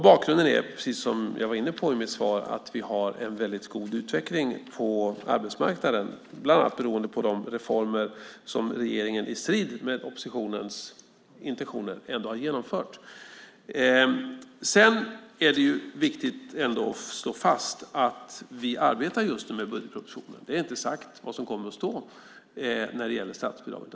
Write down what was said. Bakgrunden är, precis som jag var inne på i mitt svar, att vi har en väldigt god utveckling på arbetsmarknaden, bland annat beroende på de reformer som regeringen i strid med oppositionens intentioner har genomfört. Det är också viktigt att slå fast att vi just nu arbetar med budgetpropositionen. Det är inte sagt vad som kommer att stå när det gäller statsbidrag.